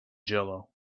jello